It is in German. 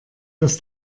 dass